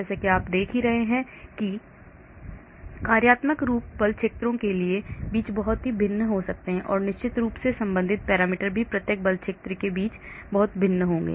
जैसा कि आप देख सकते हैं कि कार्यात्मक रूप बल क्षेत्रों के बीच बहुत भिन्न हो सकते हैं और निश्चित रूप से संबंधित पैरामीटर भी प्रत्येक बल क्षेत्रों के बीच बहुत भिन्न होंगे